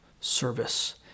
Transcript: service